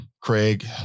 Craig